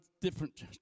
different